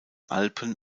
alpen